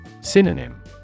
Synonym